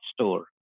store